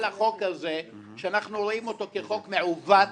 החוק הזה שאנחנו רואים אותו כחוק מעוות.